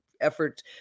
effort